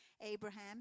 Abraham